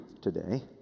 today